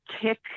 kick